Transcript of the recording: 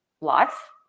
life